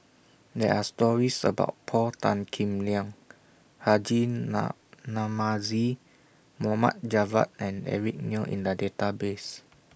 There Are stories about Paul Tan Kim Liang Haji Namazie Mohamed Javad and Eric Neo in The Database